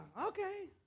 Okay